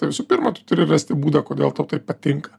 tai visų pirma tu turi rasti būdą kodėl tau tai patinka